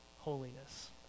holiness